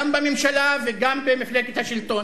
גם בממשלה וגם במפלגת השלטון,